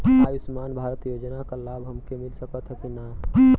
आयुष्मान भारत योजना क लाभ हमके मिल सकत ह कि ना?